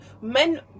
Men